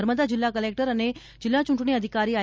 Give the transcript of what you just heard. નર્મદા જિલ્લા કલેક્ટર અને જિલ્લા ચૂંટણી અધિકારી આઇ